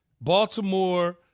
Baltimore